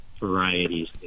varieties